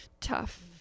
tough